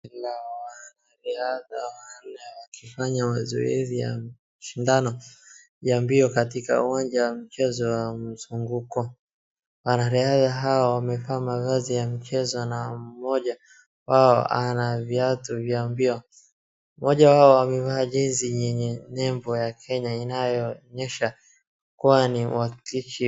Wanariadha wanne wakifanya mazoezi ya shindano ya mbio katika uwanja wa mchezo wa mzunguko. Wanariadha hao wamevaa mavazi ya mchezo na mmoja wao ana viatu vya mbio. Mmoja wao amevaa jezi yenye nembo ya Kenya inayoonyesha kuwa yeye ni mwakilishi.